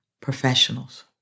professionals